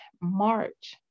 March